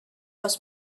was